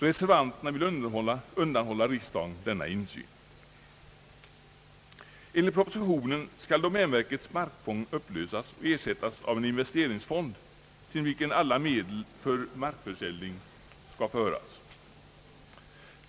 Reservanterna vill undanhålla riksdagen denna insyn, Enligt propositionen skall domänverkets markfond upplösas och ersättas av en investeringsfond till vilken alla medel från markförsäljning föres.